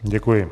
Děkuji.